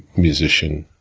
musician,